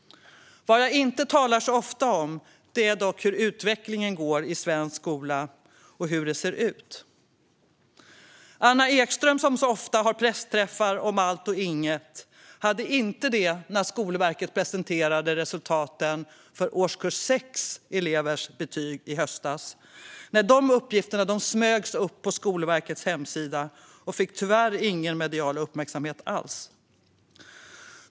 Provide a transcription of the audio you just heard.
Vad jag inte talar så ofta om är utvecklingen i svensk skola. Anna Ekström som så ofta har pressträffar om allt och inget hade det inte när Skolverket presenterade betygsresultaten för årskurs 6 i höstas. De uppgifterna smögs i stället upp på Skolverkets hemsida och fick tyvärr ingen medial uppmärksamhet alls.